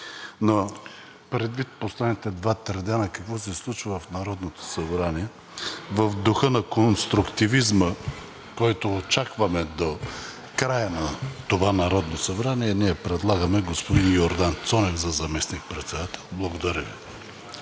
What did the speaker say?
но предвид последните два-три дена какво се случва в Народното събрание, в духа на конструктивизма, който очакваме до края на това Народно събрание, ние предлагаме господин Йордан Цонев за заместник-председател. Благодаря Ви.